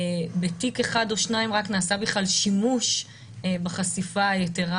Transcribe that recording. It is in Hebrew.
רק בתיק אחד או שניים נעשה בכלל שימוש בחשיפה היתרה